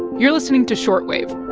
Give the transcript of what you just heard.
you're listening to short wave